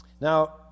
Now